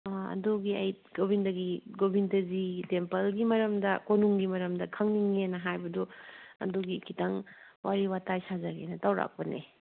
ꯑꯥ ꯑꯗꯨꯒꯤ ꯑꯩ ꯒꯣꯃꯤꯟꯗꯖꯤꯒꯤ ꯇꯦꯝꯄꯜꯒꯤ ꯃꯔꯝꯗ ꯀꯣꯅꯨꯡꯒꯤ ꯃꯔꯝꯗ ꯀꯣꯅꯨꯡꯒꯤ ꯃꯔꯝꯗ ꯈꯪꯅꯤꯡꯉꯦꯅ ꯍꯥꯏꯕꯗꯨ ꯑꯗꯨꯒꯤ ꯈꯤꯇꯪ ꯋꯥꯔꯤ ꯋꯥꯇꯥꯏ ꯁꯥꯖꯒꯦꯅ ꯇꯧꯔꯛꯄꯅꯦ